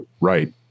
right